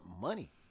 money